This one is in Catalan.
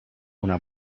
una